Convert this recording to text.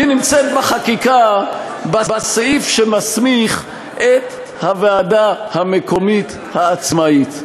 היא נמצאת בחקיקה בסעיף שמסמיך את הוועדה המקומית העצמאית.